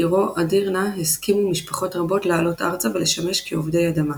בעירו אדירנה הסכימו משפחות רבות לעלות ארצה ולשמש כעובדי אדמה.